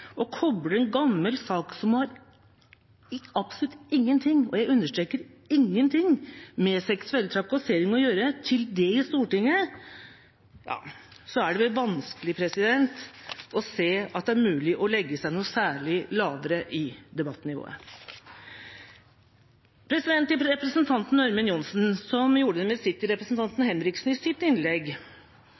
en gammel sak som har absolutt ingenting – og jeg understreker: ingenting – med seksuell trakassering å gjøre, og det i Stortinget, så er det vel vanskelig å se at det er mulig å legge seg på et noe særlig lavere debattnivå. Representanten Ørmen Johnsen gjorde en visitt til representanten Henriksen i sitt innlegg